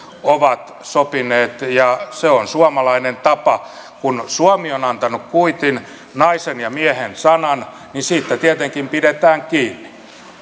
ovat sopineet ja se on suomalainen tapa kun suomi on antanut kuitin naisen ja miehen sanan niin siitä tietenkin pidetään kiinni